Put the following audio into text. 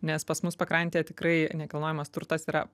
nes pas mus pakrantėj tikrai nekilnojamas turtas yra